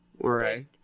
Right